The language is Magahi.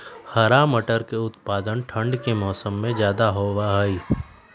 हरा मटर के उत्पादन ठंढ़ के मौसम्मा में ज्यादा होबा हई